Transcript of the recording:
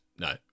no